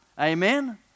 Amen